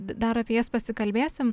dar apie jas pasikalbėsim